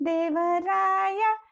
Devaraya